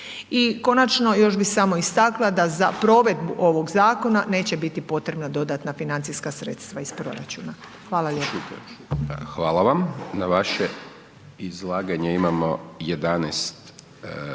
i konačno još bi samo istakla da za provedbu ovog zakona neće biti potrebna dodatna financijska sredstva iz proračuna. Hvala lijepo. **Hajdaš Dončić, Siniša